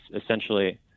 Essentially